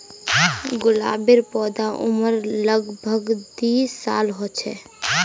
गुलाबेर पौधार उम्र लग भग दी साल ह छे